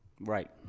Right